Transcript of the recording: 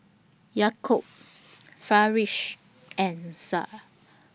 Yaakob Firash and Syah